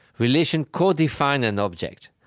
relations co-define an object.